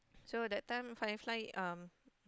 so that time Firefly um